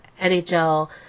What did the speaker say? NHL